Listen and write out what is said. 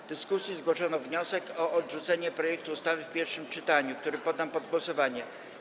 W dyskusji zgłoszono wniosek o odrzucenie projektu ustawy w pierwszym czytaniu, który poddam pod głosowanie.